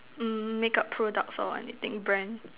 um makeup products or anything brand